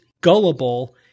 gullible